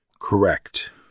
Correct